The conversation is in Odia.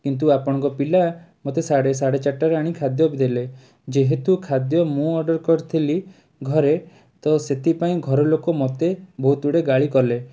କିନ୍ତୁ ଆପଣଙ୍କ ପିଲା ମୋତେ ସାଡ଼େ ଚାରିଟାରେ ଆଣି ଖାଦ୍ୟ ଦେଲେ ଯେହେତୁ ଖାଦ୍ୟ ମୁଁ ଅର୍ଡ଼ର କରିଥିଲି ଘରେ ତ ସେଥିପାଇଁ ଘରଲୋକ ମୋତେ ବହୁତ ଗୁଡ଼ାଏ ଗାଳି କଲେ